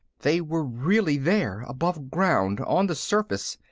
they were really there, above ground, on the surface.